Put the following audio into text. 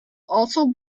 also